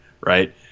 right